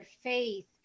faith